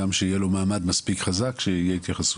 שגם יהיה לו מעמד מספיק חזק כדי שתהיה אליו התייחסות.